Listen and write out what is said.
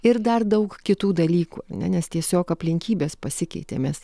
ir dar daug kitų dalykų ar ne nes tiesiog aplinkybės pasikeitė mes